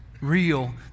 real